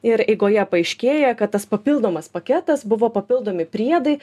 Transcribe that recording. ir eigoje paaiškėja kad tas papildomas paketas buvo papildomi priedai